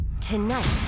Tonight